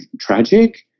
tragic